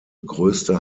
größte